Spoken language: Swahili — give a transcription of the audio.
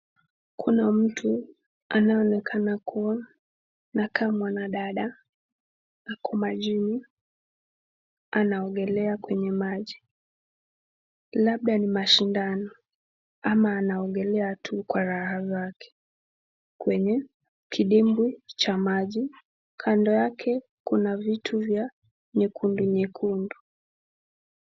Kuna mtu anayeonekana kuwa anakaa mwanadada ako majini, anaogelea kwenye maji, labda ni mashindano ama anaogelea tu kwa raha zake kwenye kidimbwi cha maji. Kando yake kuna vitu vya nyekundu nyekundu.